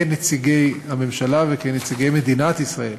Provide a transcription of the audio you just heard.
כנציגי הממשלה וכנציגי מדינת ישראל